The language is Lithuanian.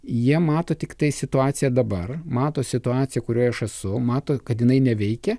jie mato tiktai situaciją dabar mato situaciją kurioj aš esu mato kad jinai neveikia